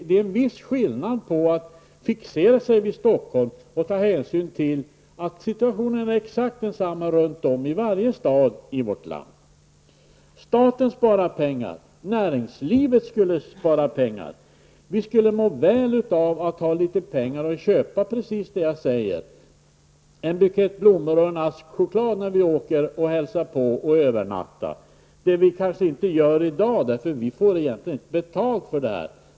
Det är en viss skillnad mellan att fixera sig vid Stockholm och att ta hänsyn till att situationen är exakt densamma runt om i varje stad i vårt land. Staten sparar pengar och näringslivet skulle spara pengar. Vi skulle må väl av att ha litet pengar att köpa precis det jag säger, en bukett blommor och en ask choklad när vi åker och hälsar på och övernattar. Det gör vi kanske inte i dag eftersom vi egentligen inte får betalt för detta.